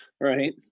Right